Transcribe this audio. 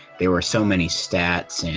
there were so many stats,